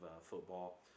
football